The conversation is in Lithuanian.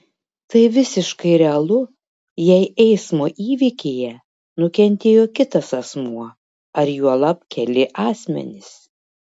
tai visiškai realu jei eismo įvykyje nukentėjo kitas asmuo ar juolab keli asmenys